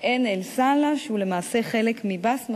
ועין-אל-סהלה שהוא למעשה חלק מבסמה,